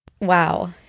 Wow